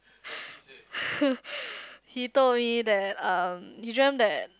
he told me that um he dreamt that